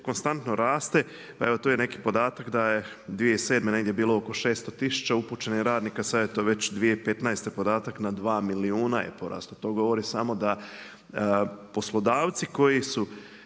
konstantno raste. Pa evo tu je neki podatak da je 2007. bilo oko 600 tisuća upućenih radnika, sada je to već 2015. podatak na dva milijuna je porastao. To govori samo da poslodavci koji su